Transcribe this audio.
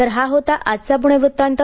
तर हा होता आजचा पुणे वृत्तांत